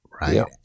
Right